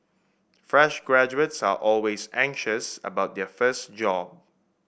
fresh graduates are always anxious about their first job